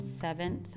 seventh